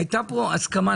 הייתה כאן הסכמה.